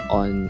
on